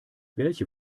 welche